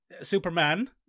Superman